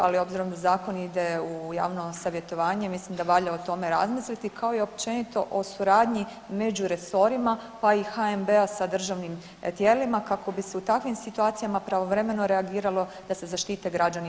Ali obzirom da zakon ide u javno savjetovanje mislim da valja o tome razmisliti kao i općenito o suradnji među resorima, pa i HNB-a sa državnim tijelima kako bi se u takvim situacijama pravovremeno reagiralo da se zaštite građani i